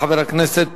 חבר הכנסת